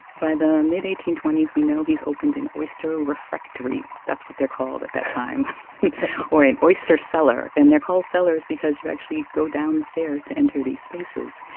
by the mid eighteen twenty s, we know he's opened an oyster refractory that's what they're called at that time or an oyster cellar and they're called cellars because you actually go down the stairs to enter these spaces.